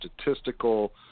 statistical